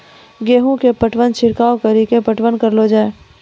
गेहूँ के पटवन छिड़काव कड़ी के पटवन करलो जाय?